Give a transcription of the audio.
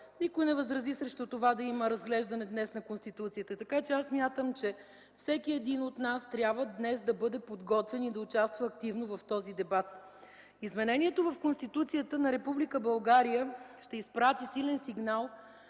никой не възрази срещу това днес да има разглеждане на Конституцията. Така че аз смятам, че всеки един от нас днес трябва да бъде подготвен и да участва активно в този дебат. Изменението в Конституцията на Република България ще изпрати силен сигнал